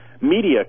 media